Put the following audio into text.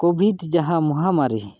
covid ᱡᱟᱦᱟᱸ ᱢᱚᱦᱟᱢᱟᱹᱨᱤ